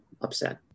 upset